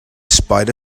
spite